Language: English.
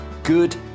good